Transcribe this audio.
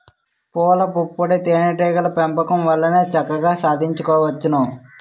పూలపుప్పొడి తేనే టీగల పెంపకం వల్లనే చక్కగా సాధించుకోవచ్చును